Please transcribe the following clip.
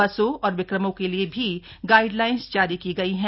बसों और विक्रमों के लिए भी गाइडलाइंस जारी की गई है